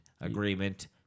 agreement